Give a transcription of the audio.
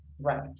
Right